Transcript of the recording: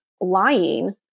lying